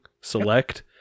Select